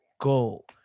go